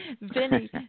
Vinny